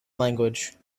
language